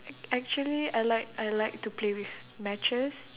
ac~ actually I like I like to play with matches